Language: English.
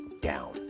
down